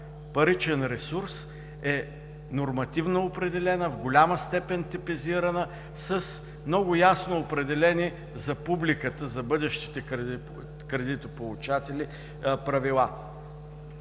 паричен ресурс е нормативно определена, в голяма степен типизирана, с много ясно определени за публиката, за бъдещите кредитополучатели правила.